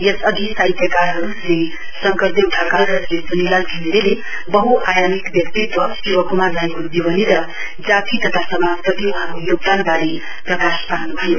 यसअघि साहित्यकारहरू श्री शङ्करदेव ढकाल र श्री चुनिलाल धिमिरेले वहुआयामिक व्यक्तित्व शिवकुमार राईको जीवनी र जाति तथा समाजप्रति वहाँको योगदानबारे प्रकाश पार्नुभयो